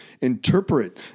interpret